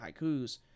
haikus